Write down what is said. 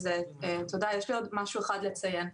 יש לי עוד משהו אחד לציין,